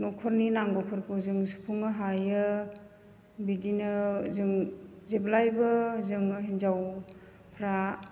न'खरनि नांगौफोरखौ जोङो सुफुंनो हायो बिदिनो जों जेब्लायबो जोङो हिनजावफ्रा